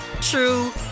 true